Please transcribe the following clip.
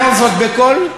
אמור זאת בקול,